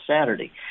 Saturday